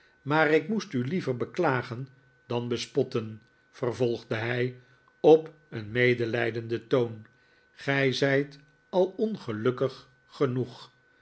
maar ik moest u liever beklagen dan bespotten vervolgde hij op een medelijdenden toon gij zijt al ongelukkig genoeg